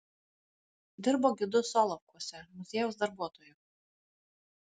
dirbo gidu solovkuose muziejaus darbuotoju